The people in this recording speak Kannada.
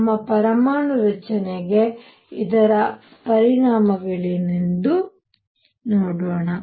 ನಮ್ಮ ಪರಮಾಣು ರಚನೆಗೆ ಇದರ ಪರಿಣಾಮಗಳೇನು ಎಂದು ನೋಡೋಣ